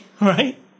right